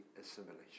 assimilation